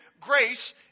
grace